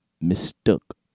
mistook